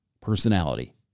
personality